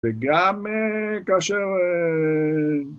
וגם כאשר...